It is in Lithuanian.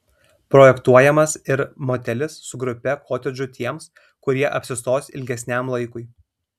projektuojamas ir motelis su grupe kotedžų tiems kurie apsistos ilgesniam laikui